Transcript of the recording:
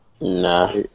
Nah